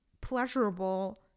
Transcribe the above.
pleasurable